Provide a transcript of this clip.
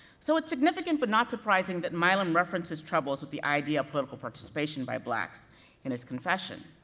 so it's significant, but not surprising that milam references troubles with the idea of political participation by blacks in his confession.